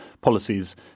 policies